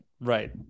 Right